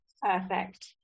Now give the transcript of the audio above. Perfect